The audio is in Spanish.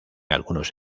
algunos